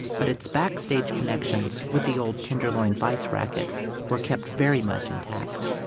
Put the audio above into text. but its backstage connections with the old tenderloin vice racket were kept very much intact.